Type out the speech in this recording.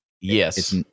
Yes